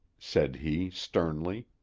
said he sternly,